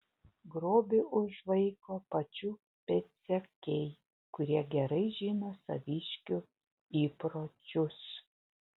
grobį užvaiko pačių pėdsekiai kurie gerai žino saviškių įpročius